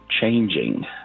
changing